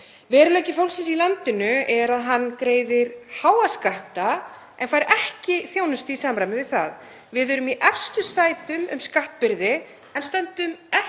Veruleiki fólksins í landinu er að það greiðir háa skatta en fær ekki þjónustu í samræmi við það. Við erum í efstu sætum varðandi skattbyrði en stöndumst ekki